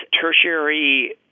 tertiary